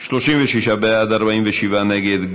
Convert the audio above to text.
36 בעד, 47 נגד.